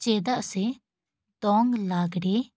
ᱪᱮᱫᱟᱜ ᱥᱮ ᱫᱚᱝ ᱞᱟᱜᱽᱲᱮ